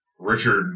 Richard